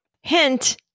Hint